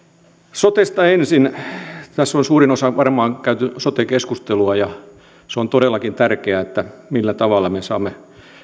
sotesta ensin tässä on suurimmaksi osaksi varmaan käyty sote keskustelua ja se on todellakin tärkeää millä tavalla me saamme